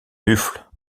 mufle